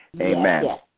Amen